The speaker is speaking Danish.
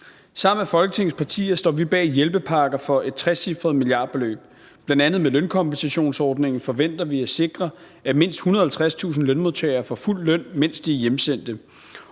Sammen med Folketingets partier står vi bag hjælpepakker for et trecifret milliardbeløb. Bl.a. med lønkompensationsordningen forventer vi at sikre, at mindst 150.000 lønmodtagere får fuld løn, mens de er hjemsendt.